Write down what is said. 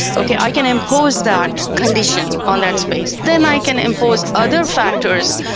okay, i can impose that condition on that space. then i can impose other factors,